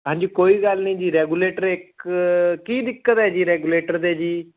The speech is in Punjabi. ਹਾਂਜੀ ਕੋਈ ਗੱਲ ਨਹੀਂ ਜੀ ਰੈਗੂਲੇਟਰ ਇੱਕ ਕੀ ਦਿੱਕਤ ਹੈ ਜੀ ਰੈਗੂਲੇਟਰ ਦੇ ਜੀ